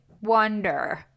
wonder